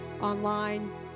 online